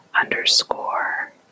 underscore